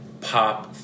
pop